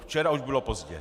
Včera už bylo pozdě.